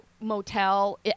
motel